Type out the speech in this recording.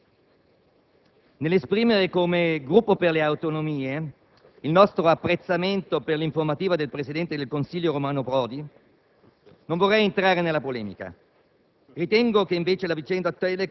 Signor Presidente, onorevoli colleghi, nell'esprimere, come Gruppo per le Autonomie, il nostro apprezzamento per l'informativa del presidente del Consiglio Romano Prodi,